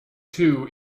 two